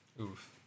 Oof